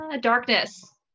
Darkness